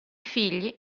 figli